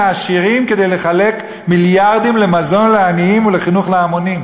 העשירים כדי לחלק מיליארדים למזון לעניים ולחינוך להמונים.